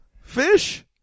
Fish